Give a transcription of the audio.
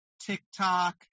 TikTok